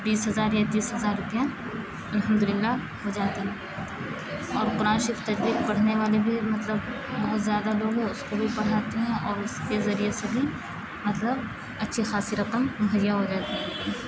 بیس ہزار یا تیس ہزار روپیہ الحمد للہ ہو جاتے ہیں اور قرآن شریف تجوید پڑھنے والے بھی مطلب بہت زیادہ لوگ ہے اس کو بھی پڑھاتی ہوں اور اس کے ذریعے سے بھی مطلب اچھی خاصی رقم مہیا ہو جاتے ہیں